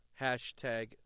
Hashtag